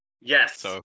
Yes